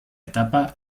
etapa